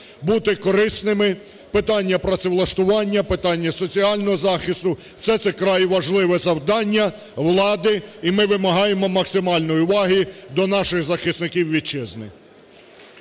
бути корисними, питання працевлаштування, питання соціального захисту – все це вкрай важливе завдання влади. І ми вимагаємо максимальної уваги до наших захисників Вітчизни.